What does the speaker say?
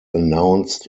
announced